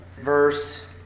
verse